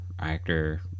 actor